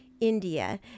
India